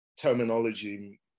terminology